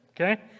Okay